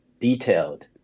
detailed